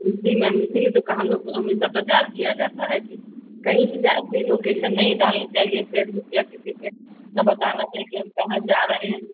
जी ma'am इसीलिए तो कहाँ हम लोग हमेशा प्रचार किया जाता है कि कहीं भी जाएँ अपनी लोकेशन नहीं डालनी चाहिए फेसबुक या किसी पर ना बताना चाहिए कि हम कहाँ जा रहे हैं